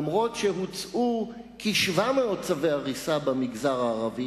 אף שהוצאו כ-700 צווי הריסה במגזר הערבי